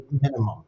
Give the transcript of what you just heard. minimum